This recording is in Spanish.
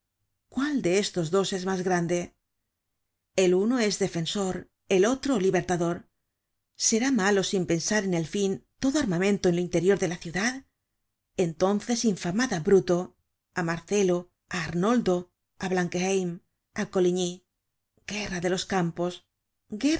cuál de estos dos es mas grande el uno es defensor el otro libertador será malo sin pensar en el fin todo armamento en lo interior de la ciudad entonces infamad á bruto á marcelo á amoldo de blankenheim á coligny guerra de los campos